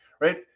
right